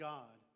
God